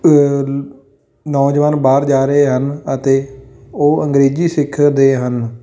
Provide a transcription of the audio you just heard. ਨੌਜਵਾਨ ਬਾਹਰ ਜਾ ਰਹੇ ਹਨ ਅਤੇ ਉਹ ਅੰਗਰੇਜ਼ੀ ਸਿੱਖਦੇ ਹਨ